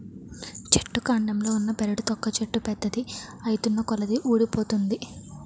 చెట్టు కాండంలో ఉన్న బెరడు తొక్క చెట్టు పెద్దది ఐతున్నకొలది వూడిపోతుంది